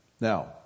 Now